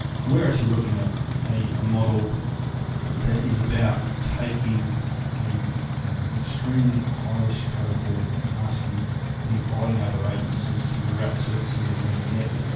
and we're actually looking at a ah model that is about taking an an extremely high-risk cohort and asking and inviting other agencies to wrap services around them.